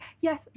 yes